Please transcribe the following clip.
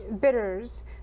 bitters